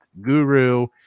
guru